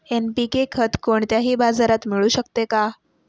NPK खत कोणत्याही बाजारात मिळू शकते का?